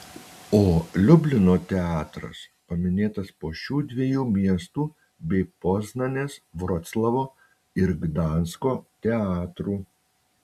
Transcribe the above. o liublino teatras paminėtas po šių dviejų miestų bei poznanės vroclavo ir gdansko teatrų